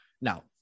Now